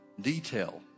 detail